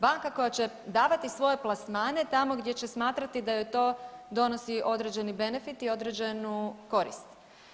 Banka koja će davati svoje plasmane tamo gdje će smatrati da joj to donosi određeni benefit i određenu korist.